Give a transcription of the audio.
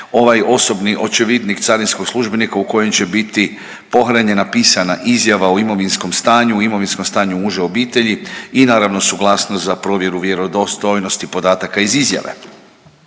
ovaj osobni očevidnik carinskog službenika u kojem će biti pohranjena pisana izjava o imovinskom stanju, o imovinskom stanju uže obitelji i naravno suglasnosti za provjeru vjerodostojnosti podataka iz izjave.